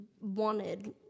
Wanted